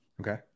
Okay